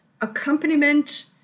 accompaniment